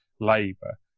Labour